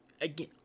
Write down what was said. again